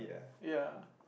ya